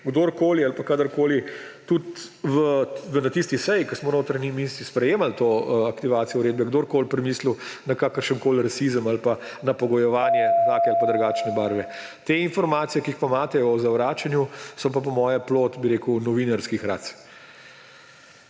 kdorkoli ali pa kadarkoli tudi na tisti seji, ko smo notranji ministri sprejemali to aktivacijo uredbe, kdorkoli pomislil na kakršenkoli rasizem ali pa na pogojevanje take ali drugačne barve. Te informacije, ki jih pa imate o zavračanju, so pa po mojem plod novinarskih rac.